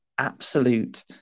absolute